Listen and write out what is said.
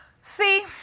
See